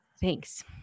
Thanks